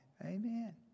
amen